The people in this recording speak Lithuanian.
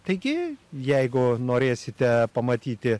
taigi jeigu norėsite pamatyti